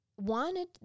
wanted